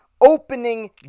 Opening